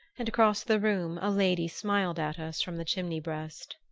and across the room a lady smiled at us from the chimney-breast.